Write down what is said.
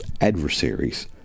adversaries